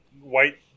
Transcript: white